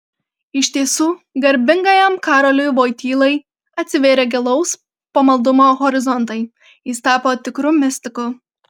iš tiesų garbingajam karoliui vojtylai atsivėrė gilaus pamaldumo horizontai jis tapo tikru mistiku